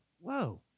whoa